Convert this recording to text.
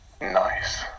Nice